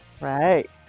Right